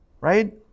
right